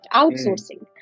outsourcing